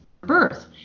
birth